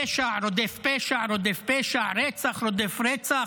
פשע רודף פשע רודף פשע, רצח רודף רצח.